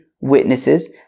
witnesses